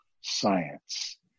science